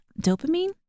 Dopamine